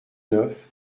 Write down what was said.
neuf